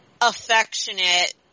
affectionate